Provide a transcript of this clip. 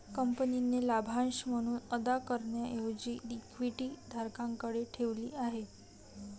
कंपनीने लाभांश म्हणून अदा करण्याऐवजी इक्विटी धारकांकडे ठेवली आहे